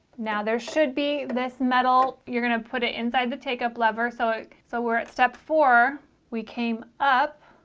now there should be this metal you're gonna put it inside the take-up lever so so we're at step four we came up